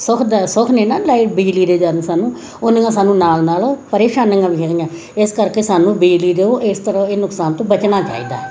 ਸੁਖਦ ਸੁਖ ਨੇ ਨਾ ਲਏ ਬਿਜਲੀ ਦੇ ਜਿੱਦਾਂ ਸਾਨੂੰ ਉਨੀਆਂ ਸਾਨੂੰ ਨਾਲ ਨਾਲ ਪਰੇਸ਼ਾਨੀਆਂ ਵੀ ਹੈਗੀਆਂ ਇਸ ਕਰਕੇ ਸਾਨੂੰ ਬਿਜਲੀ ਦੇ ਉਹ ਇਸ ਤਰ੍ਹਾਂ ਇਹ ਨੁਕਸਾਨ ਤੋਂ ਬਚਣਾ ਚਾਹੀਦਾ